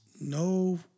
No